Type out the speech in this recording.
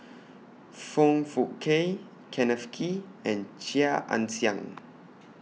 Foong Fook Kay Kenneth Kee and Chia Ann Siang